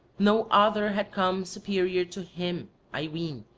no other had come superior to him, i ween,